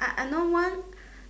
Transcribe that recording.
I I know one